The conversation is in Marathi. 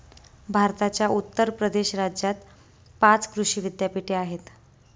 भारताच्या उत्तर प्रदेश राज्यात पाच कृषी विद्यापीठे आहेत